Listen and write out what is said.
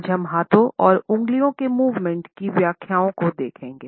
आज हम हाथों और उंगलियों के मूवमेंट की व्याख्याओं को देखेंगे